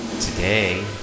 Today